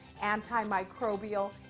antimicrobial